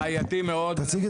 דניאל